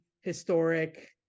historic